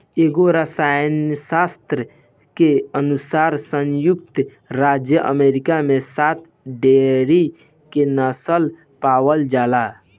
एगो एसोसिएशन के अनुसार संयुक्त राज्य अमेरिका में सात डेयरी के नस्ल पावल जाला